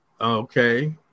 okay